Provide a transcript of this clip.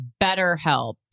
BetterHelp